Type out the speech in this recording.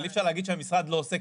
אבל אי-אפשר להגיד שהמשרד לא עושה.